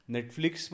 Netflix